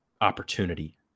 opportunity